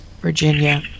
Virginia